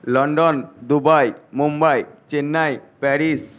London Dubai Mumbai Chennai Paris